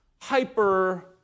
hyper